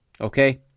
Okay